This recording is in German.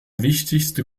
wichtigste